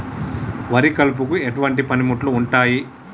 వరి కలుపుకు ఎటువంటి పనిముట్లు ఉంటాయి?